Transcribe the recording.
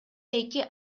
эки